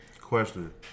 Question